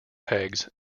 pegs